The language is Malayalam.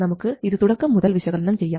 നമുക്ക് ഇത് തുടക്കം മുതൽ വിശകലനം ചെയ്യാം